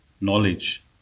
knowledge